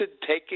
taking